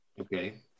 Okay